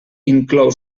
inclou